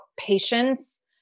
patience